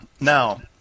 now